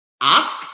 ask